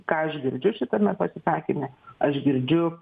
ką aš girdžiu šitame pasisakyme aš girdžiu